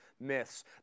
myths